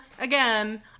again